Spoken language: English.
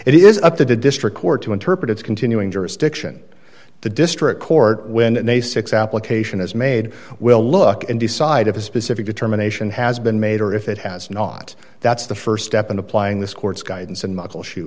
it is up to the district court to interpret its continuing jurisdiction the district court when a six application is made will look and decide if a specific determination has been made or if it has not that's the st step in applying this court's guidance and mucklesho